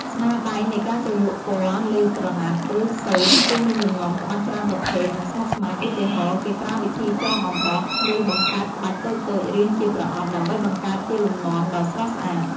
ស្នាដៃនៃការជ្រលក់ពណ៌លើក្រណាត់ ឬសូត្រ គឺមានលំនាំក្បាច់ច្រើនប្រភេទ និងស្មុគស្មាញ ឧទាហរណ៍ គេប្រើវិធីចងអំបោះ ឬបង្កើតក្បាច់តូចៗរាងជាប្រអប់ ដើម្បីបង្កើតជាលំនាំដ៏ស្រស់ស្អាត។